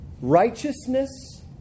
righteousness